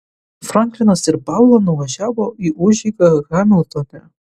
franklinas ir paula nuvažiavo į užeigą hamiltone